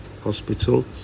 Hospital